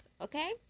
okay